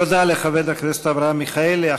תודה לחבר הכנסת אברהם מיכאלי.